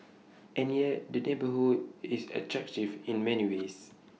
and yet the neighbourhood is attractive in many ways